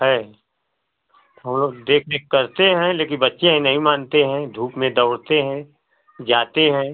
है तो हम लोग देख रेख करते हैं लेकिन बच्चे हैं नहीं मानते हैं धूप में दौड़ते हैं जाते हैं